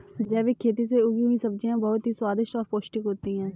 जैविक खेती से उगी हुई सब्जियां बहुत ही स्वादिष्ट और पौष्टिक होते हैं